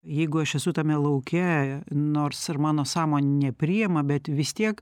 jeigu aš esu tame lauke nors ir mano sąmon nepriima bet vis tiek